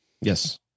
Yes